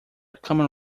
common